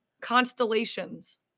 constellations